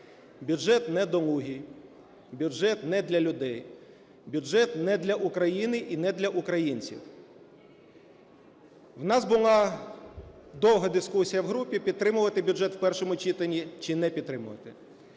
Бюджет недолугий, бюджет не для людей, бюджет не для України і не для українців. В нас була довга дискусія в групі, підтримувати бюджет у першому читанні чи не підтримувати.